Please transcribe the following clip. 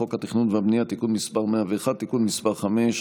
חוק התכנון והבנייה (תיקון מס' 101) (תיקון מס' 5),